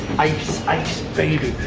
ice ice baby.